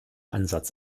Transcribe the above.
ansatz